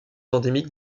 endémique